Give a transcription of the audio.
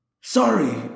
Sorry